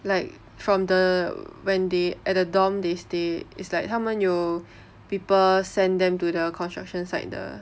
like from the when they at the dorm they stay is like 他们有 people send them to the construction site 的